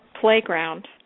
playground